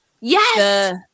Yes